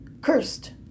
cursed